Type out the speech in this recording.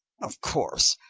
of course.